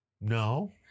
No